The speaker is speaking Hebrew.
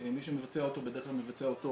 מי שמבצע אותו בדרך כלל מבצע אותו